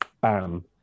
bam